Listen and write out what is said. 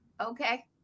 Okay